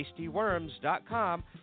tastyworms.com